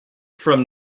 from